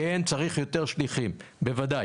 כן, צריך יותר שליחים, בוודאי.